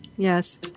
Yes